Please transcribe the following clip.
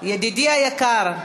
ידידי היקר,